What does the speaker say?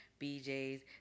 BJ's